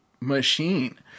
machine